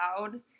loud